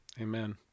Amen